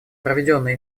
проведенные